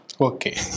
Okay